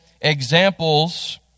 examples